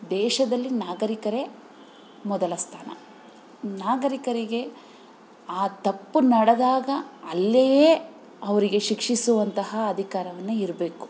ದೇಶದಲ್ಲಿ ನಾಗರೀಕರೇ ಮೊದಲ ಸ್ಥಾನ ನಾಗರಿಕರಿಗೆ ಆ ತಪ್ಪು ನಡೆದಾಗ ಅಲ್ಲಿಯೇ ಅವರಿಗೆ ಶಿಕ್ಷಿಸುವಂತಹ ಅಧಿಕಾರವನ್ನು ಇರಬೇಕು